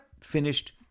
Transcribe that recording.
finished